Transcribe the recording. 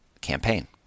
campaign